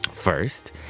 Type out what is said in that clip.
First